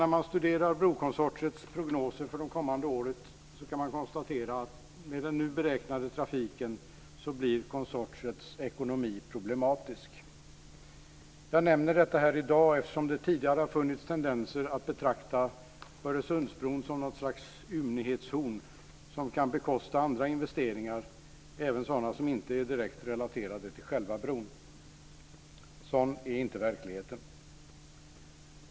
När man studerar brokonsortiets prognoser för kommande år kan man konstatera att med den nu beräknade trafiken blir konsortiets ekonomi problematisk. Jag nämner detta här i dag eftersom det tidigare har funnits tendenser till att betrakta Öresundsbron som något slags ymnighetshorn som kan bekosta andra investeringar, även sådana som inte är direkt relaterade till själva bron. Sådan är inte verkligheten.